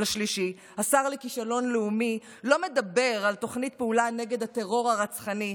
השר לכישלון לאומי לא מדבר על תוכנית פעולה נגד הטרור הרצחני,